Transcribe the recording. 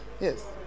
Yes